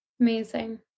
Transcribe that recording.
Amazing